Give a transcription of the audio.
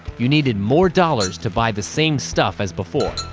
you needed more dollars to buy the same stuff as before.